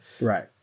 Right